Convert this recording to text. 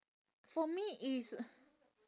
for me it's